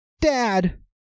dad